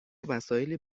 وسایلی